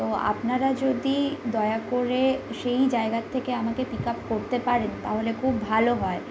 তো আপনারা যদি দয়া করে সেই জায়গা থেকে আমাকে পিকআপ করতে পারেন তাহলে খুব ভালো হয়